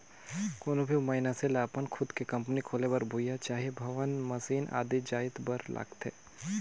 कोनो भी मइनसे लअपन खुदे के कंपनी खोले बर भुंइयां चहे भवन, मसीन आदि जाएत बर लागथे